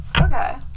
okay